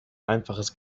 einfaches